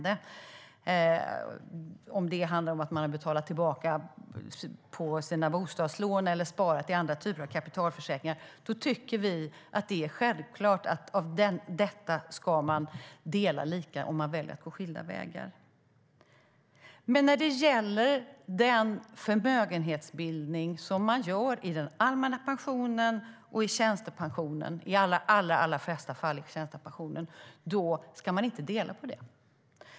Oavsett om det handlar om att man har betalat tillbaka på sina bostadslån eller sparat i andra typer av kapitalförsäkringar tycker vi att det är självklart att man ska dela detta lika om man väljer att gå skilda vägar. Men när det gäller den förmögenhetsbildning som man gör i den allmänna pensionen och i de allra flesta fall i tjänstepensionen, då ska man inte dela på det.